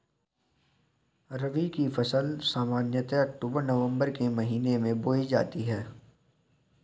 रबी की फ़सल सामान्यतः अक्तूबर नवम्बर के महीने में बोई जाती हैं